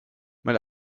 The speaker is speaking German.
mit